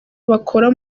bakora